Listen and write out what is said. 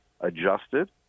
adjusted